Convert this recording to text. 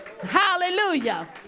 Hallelujah